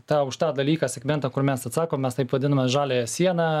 tą už tą dalyką segmentą kur mes atsakom mes taip vadiname žaliąją sieną